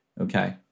okay